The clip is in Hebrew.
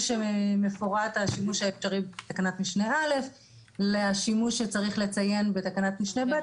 שמפורט השימוש האפשרי בתקנת משנה (א) לשימוש שצריך לציין בתקנת משנה (ב).